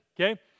Okay